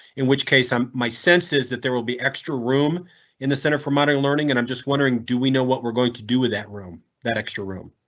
in which case my sense is that there will be extra room in the center for modern learning and i'm just wondering, do we know what we're going to do with that room? that extra room?